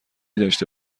داشته